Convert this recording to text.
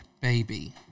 baby